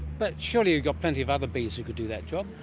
but surely you've got plenty of other bees who could do that job?